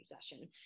session